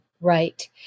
right